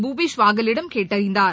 பூபேஷ் பாகலிடம் கேட்டறிந்தார்